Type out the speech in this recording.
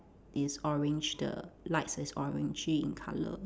is orange the light is orangey in colour